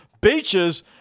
beaches